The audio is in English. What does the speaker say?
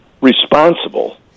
responsible